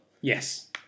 Yes